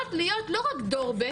הופכות להיות לא רק דור ב',